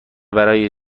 برای